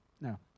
no